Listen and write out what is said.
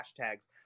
hashtags